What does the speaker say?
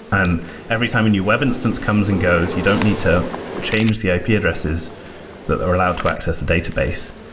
and every time a new web instance comes and goes, you don't need to change the ah ip addresses that are allowed to access the database,